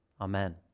amen